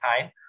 time